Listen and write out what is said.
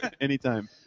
Anytime